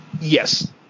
Yes